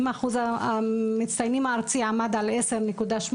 אם אחוז המצטיינים הארצי עמד על 10.8,